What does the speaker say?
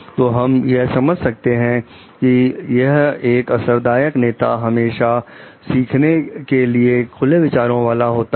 तो हम यह समझ सकते हैं कि एक असर दायक नेता हमेशा सीखने के लिए खुले विचारों वाला होता है